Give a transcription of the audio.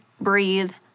breathe